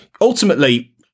ultimately